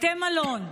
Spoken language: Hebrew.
בתי מלון,